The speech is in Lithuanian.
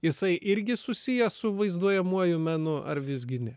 jisai irgi susijęs su vaizduojamuoju menu ar visgi ne